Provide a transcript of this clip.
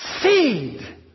seed